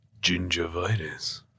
Gingivitis